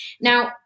Now